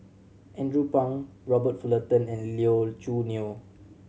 Andrew Phang Robert Fullerton and Lee Choo Neo